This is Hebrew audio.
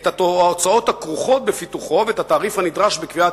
את ההוצאות הכרוכות בפיתוחו ואת התעריף הנדרש בקביעת